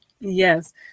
Yes